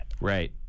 Right